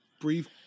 brief